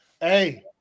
Hey